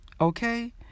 Okay